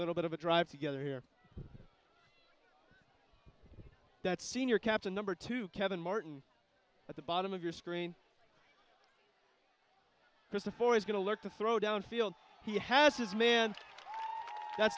little bit of a drive together here that senior captain number two kevin martin at the bottom of your screen because the four is going to look to throw downfield he has his man that